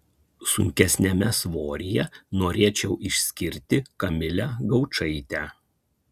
sunkesniame svoryje norėčiau išskirti kamilę gaučaitę